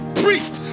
priest